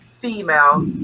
female